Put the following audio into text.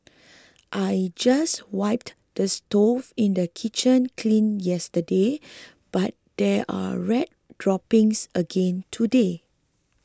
I just wiped the stove in the kitchen clean yesterday but there are rat droppings again today